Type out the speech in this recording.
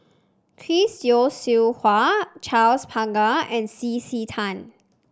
Chris Yeo Siew Hua Charles Paglar and C C Tan